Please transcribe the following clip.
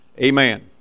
amen